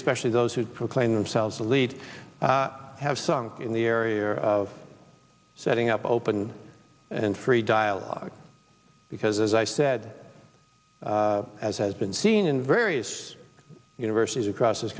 especially those who proclaim themselves to lead have sunk in the area of setting up open and free dialogue because as i said as has been seen in various universities across this